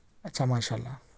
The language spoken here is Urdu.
اچھا ماشاء اللہ